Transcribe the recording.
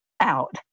out